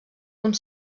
uns